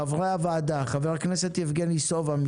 חברי הוועדה: חבר הכנסת יבגני סובה,